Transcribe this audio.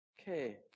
Okay